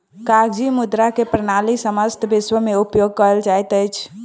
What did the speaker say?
कागजी मुद्रा के प्रणाली समस्त विश्व में उपयोग कयल जाइत अछि